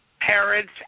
parents